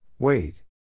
Wait